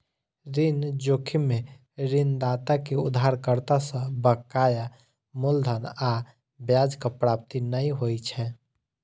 ऋण जोखिम मे ऋणदाता कें उधारकर्ता सं बकाया मूलधन आ ब्याजक प्राप्ति नै होइ छै